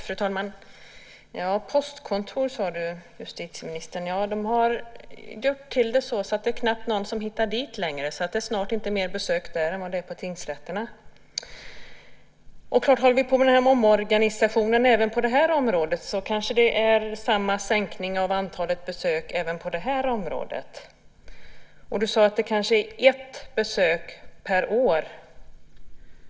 Fru talman! Postkontor, sade justitieministern. Ja, de har rört till det så att det knappt är någon som hittar dit längre. Det är snart inte fler besök där än på tingsrätterna. Håller vi på med omorganisation även på det här området kanske det blir samma sänkning av antalet besök. Du sade att det kanske är ett besök per år.